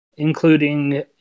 including